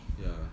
childcare